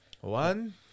One